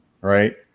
Right